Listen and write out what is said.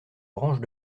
branche